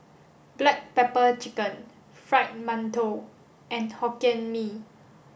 black pepper chicken fried Mantou and Hokkien Mee